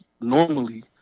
normally